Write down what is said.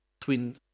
twin